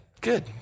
good